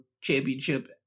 Championship